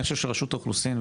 אני חושב שרשות האוכלוסין,